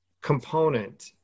component